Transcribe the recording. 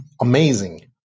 amazing